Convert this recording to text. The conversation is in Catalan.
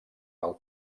del